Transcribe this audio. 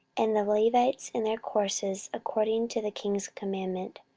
and the levites in their courses, according to the king's commandment.